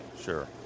sure